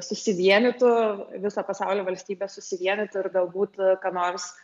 susivienytų viso pasaulio valstybės susivienytų ir galbūt ką nors